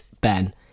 Ben